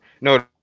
No